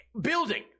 building